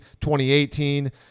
2018